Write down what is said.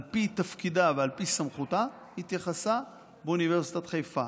על פי תפקידה ועל פי סמכותה היא התייחסה באוניברסיטת חיפה.